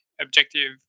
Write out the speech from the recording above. objective